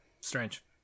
Strange